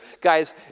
Guys